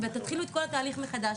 ותתחילו את כל התהליך מחדש,